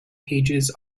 pages